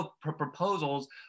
proposals